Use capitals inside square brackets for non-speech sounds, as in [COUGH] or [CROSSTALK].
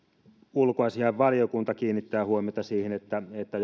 ulkoasiainvaliokunta kiinnittää huomiota siihen että että [UNINTELLIGIBLE]